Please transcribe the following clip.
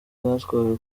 batwawe